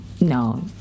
No